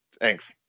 Thanks